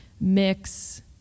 mix